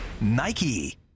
Nike